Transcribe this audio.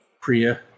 Priya